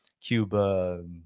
Cuba